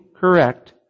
correct